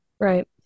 right